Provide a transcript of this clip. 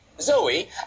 Zoe